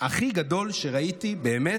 הכי גדול שראיתי, באמת,